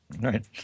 right